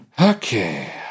Okay